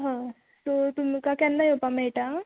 हय सो तुमकां केन्ना येवपाक मेळटा